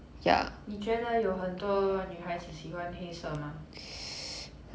你觉得有很多女孩子喜欢黑色吗